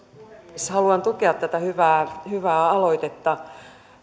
puhemies haluan tukea tätä hyvää hyvää aloitetta